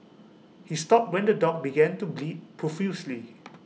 he stopped when the dog began to bleed profusely